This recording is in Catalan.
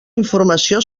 informació